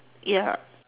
ya